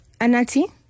Anati